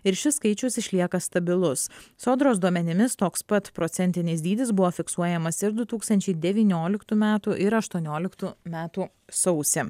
ir šis skaičius išlieka stabilus sodros duomenimis toks pat procentinis dydis buvo fiksuojamas ir du tūkstančiai devynioliktų metų ir aštuonioliktų metų sausį